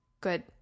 good